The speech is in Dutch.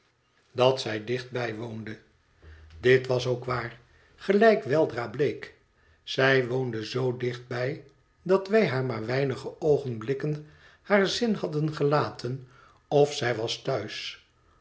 dat zij dichtbij woonde dit was ook waar gelijk weldra bleek zij woonde zoo dichtbij dat wij haar maar weinige oogenblikken haar zin hadden gelaten of zij was thuis